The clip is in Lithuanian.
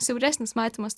siauresnis matymas